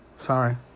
Sorry